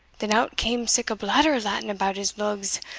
than out cam sic a blatter o' latin about his lugs,